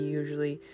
usually